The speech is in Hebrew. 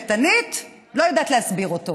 וכמשפטנית לא יודעת להסביר אותו.